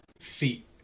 feet